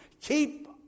keep